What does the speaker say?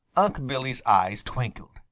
unc' billy's eyes twinkled.